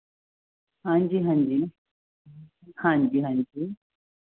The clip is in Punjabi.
ਹਾਂਜੀ ਹਾਂਜੀ ਹਾਂਜੀ ਹਾਂਜੀ